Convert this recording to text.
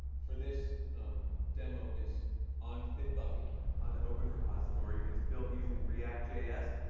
for this demo is on bitbucket on an open repository. it's built using react js.